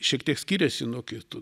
šiek tiek skiriasi nuo kitų